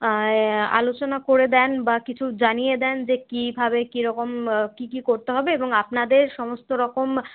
এ আলোচনা করে দেন বা কিছু জানিয়ে দেন যে কীভাবে কীরকম কী কী করতে হবে এবং আপনাদের সমস্তরকম